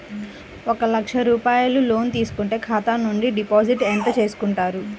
ఒక లక్ష రూపాయలు లోన్ తీసుకుంటే ఖాతా నుండి డిపాజిట్ ఎంత చేసుకుంటారు?